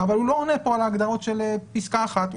אבל הוא לא עונה כאן על ההגדרות של פסקה (1).